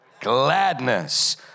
gladness